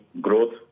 growth